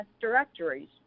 directories